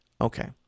Okay